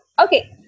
Okay